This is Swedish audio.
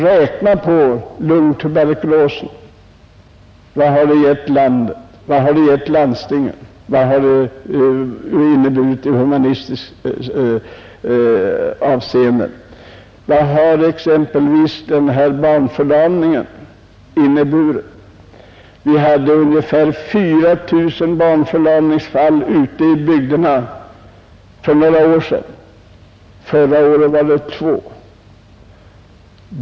Tänk på vad tillbakaträngandet av lungtuberkulosen har betytt för landet, för landstingen och i humanitärt avseende! Och vad har inte exempelvis bekämpandet av barnförlamningen inneburit! Vi hade ungefär 4 000 barnförlamningsfall ute i bygderna för några år sedan: förra året var det väl två.